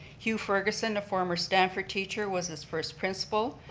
hugh ferguson a former stanford teacher was its first principle.